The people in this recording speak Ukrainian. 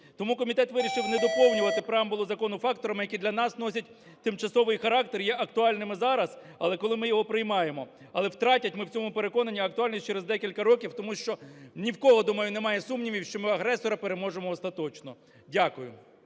Тому комітет вирішив не доповнювати преамбулу закону факторами, які для нас носять тимчасовий характер, і є актуальними зараз, але коли ми його приймаємо, але втратять, ми в цьому переконані, актуальність через декілька років. Тому що ні в кого, думаю, немає сумнівів, що ми агресора переможемо остаточно. Дякую.